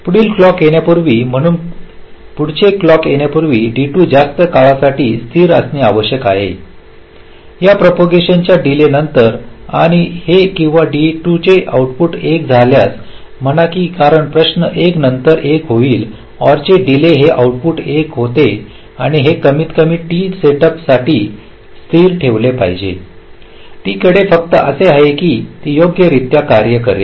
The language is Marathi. पुढील क्लॉक येण्यापूर्वी म्हणून पुढचे क्लॉक येण्यापूर्वी D2 जास्त काळासाठी स्थिर असणे आवश्यक आहे या प्रोपोगांशनच्या डीलेनंतर आणि हे किंवा D2 चे आउटपुट 1 झाल्यास म्हणा कारण प्रश्न 1 नंतर 1 होईल OR चे डीले हे आउटपुट 1 होते आणि हे कमीतकमी टी सेटअप साठी स्थिर ठेवले पाहिजे t कडे फक्त असे आहे की ते योग्य रित्या कार्य करेल